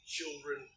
children